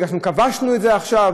כי אנחנו כבשנו את זה עכשיו,